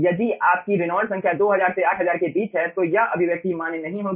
यदि आपकी रेनॉल्ड्स संख्या 2000 से 8000 के बीच है तो यह अभिव्यक्ति मान्य नहीं होगी